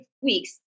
weeks